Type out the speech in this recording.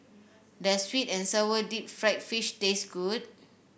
does sweet and sour Deep Fried Fish taste good